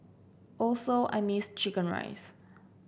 also I missed chicken rice